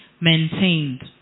maintained